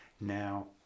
Now